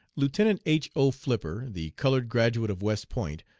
lieutenant h. o. flipper, the colored graduate of west point,